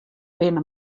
binne